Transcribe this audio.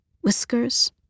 whiskers